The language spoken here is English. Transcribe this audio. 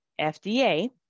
FDA